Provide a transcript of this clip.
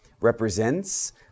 represents